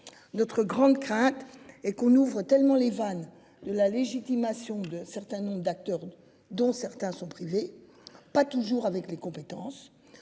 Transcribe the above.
Notre grande crainte et qu'on ouvre, tellement les vannes de la légitimation de certain nombre d'acteurs dont certains sont privés. Pas toujours avec les compétences.